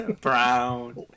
Brown